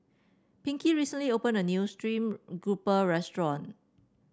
Pinkie recently opened a new stream grouper restaurant